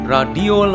Radio